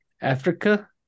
Africa